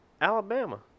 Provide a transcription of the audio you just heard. Alabama